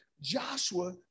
Joshua